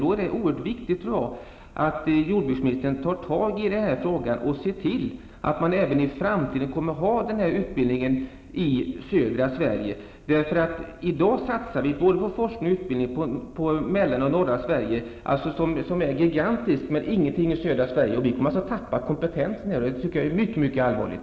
Det är oerhört viktigt att jordbruksministern ser över frågan och arbetar för att utbildningen även skall finnas i södra Sverige. I dag satsas det på forskning och utbildning i Mellansverige och norra Sverige -- som är gigantiskt -- men ingenting i södra Sverige. Kompetensen i södra Sverige kommer att tappas, och det är mycket allvarligt.